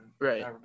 Right